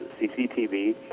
CCTV